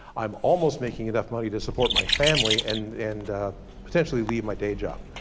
i'm almost making enough money to support my family, and and potentially leave my day job.